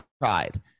pride